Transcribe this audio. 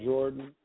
Jordan